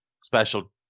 special